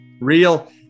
Real